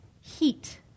heat